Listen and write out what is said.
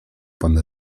pan